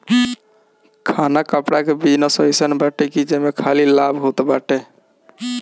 खाना कपड़ा कअ बिजनेस अइसन बाटे जेमे खाली लाभ ही होत बाटे